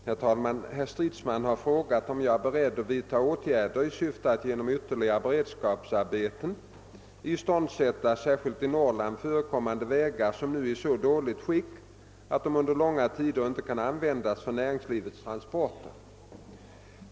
Herr talman! Herr Stridsman har frågat om jag är beredd att vidta åtgärder i syfte att genom ytterligare beredskapsarbeten iståndsätta särskilt i Norrbotten förekommande vägar som nu är i så dåligt skick att de under långa tider inte kan användas för näringslivets transporter.